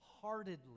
heartedly